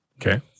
Okay